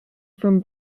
from